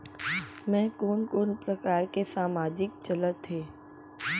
मैं कोन कोन प्रकार के सामाजिक चलत हे?